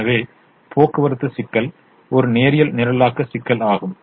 எனவே போக்குவரத்து சிக்கல் ஒரு நேரியல் நிரலாக்க சிக்கல் ஆகும்